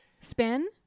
Spin